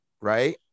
right